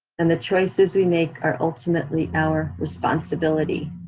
and the choices we make are ultimately our responsibility.